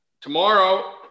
tomorrow